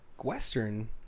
Western